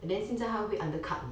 and then 现在还会 undercut